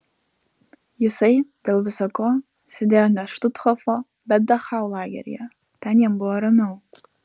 jisai dėl visa ko sėdėjo ne štuthofo bet dachau lageryje ten jam buvo ramiau